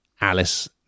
Alice